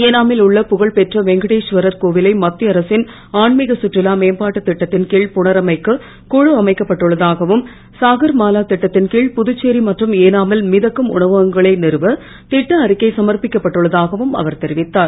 ஏனு மில் புகழ்பெற்ற வெங்கடேஸ்வரர் கோவிலை மத்திய அரசின் ஆன்மீகச் கற்றுலா மேம்பாட்டுத் திட்டத்தின் கீழ் புனரமைக்க குழ அமைக்கப் பட்டுள்ளதாகவும் சாகர்மாலா திட்டத்தின்கீழ் புதுச்சேரி மற்றும் ஏனு மில் மிதக்கும் உணவகங்களை நிறுவ திட்ட அறிக்கை சமர்ப்பிக்கப் பட்டுள்ளதாகவும் அவர் தெரிவித்தார்